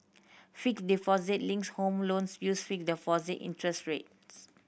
fixed deposit linked home loans use fixed deposit interest rates